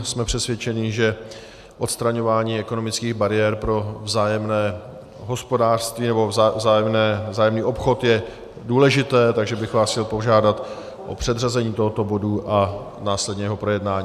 Jsme přesvědčeni, že odstraňování ekonomických bariér pro vzájemné hospodářství nebo vzájemný obchod je důležité, takže bych vás chtěl požádat o předřazení tohoto bodu a následně jeho projednání.